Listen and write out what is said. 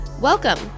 Welcome